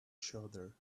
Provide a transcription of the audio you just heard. shoulder